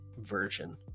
version